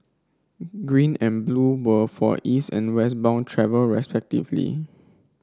green and blue were for East and West bound travel respectively